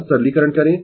बस सरलीकरण करें